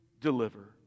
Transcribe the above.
deliver